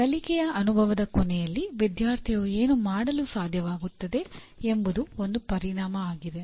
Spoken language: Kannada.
ಕಲಿಕೆಯ ಅನುಭವದ ಕೊನೆಯಲ್ಲಿ ವಿದ್ಯಾರ್ಥಿಯು ಏನು ಮಾಡಲು ಸಾಧ್ಯವಾಗುತ್ತದೆ ಎಂಬುದು ಒಂದು ಪರಿಣಾಮ ಆಗಿದೆ